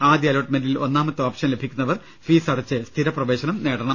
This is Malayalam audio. ആദ്യ അലോട്ട്മെന്റിൽ ഒന്നാമത്തെ ഓപ്ഷൻ ലഭിക്കുന്നവർ ഫീസടച്ച് സ്ഥിരപ്രവേശനം നേടണം